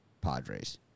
Padres